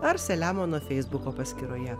ar selemono feisbuko paskyroje